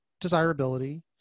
desirability